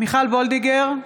מיכל וולדיגר,